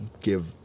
give